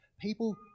People